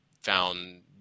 found